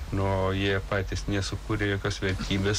nu o jie patys nesukūrė jokios vertybės